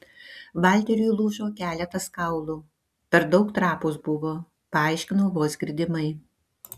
valteriui lūžo keletas kaulų per daug trapūs buvo paaiškino vos girdimai